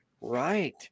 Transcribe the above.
Right